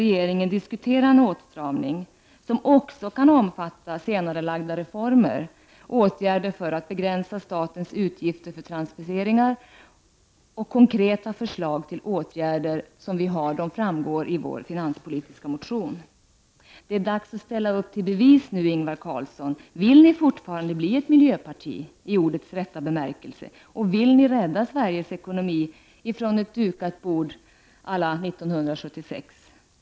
Vi är beredda att diskutera en åtstramning med regeringen som också kan omfatta senarelagda reformer och åtgärder för att begränsa statens utgifter för transfereringar. De konkreta förslag till åtgärder som vi har framgår av vår finanspolitiska motion. Det är dags att ställa upp till bevis nu, Ingvar Carlsson. Vill ni fortfarande bli ett miljöparti i ordets rätta bemärkelse? Vill ni rädda Sveriges ekonomi från ett dukat bord å la 1976?